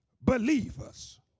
believers